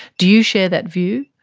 do you share that view?